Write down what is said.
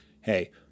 hey